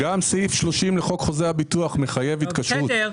גם סעיף 30 לחוק חוזי הביטוח מחייב התקשרות.